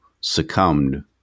succumbed